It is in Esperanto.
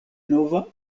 nova